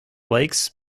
lakes